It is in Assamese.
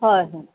হয় হয়